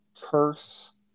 curse